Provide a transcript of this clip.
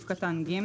(ג)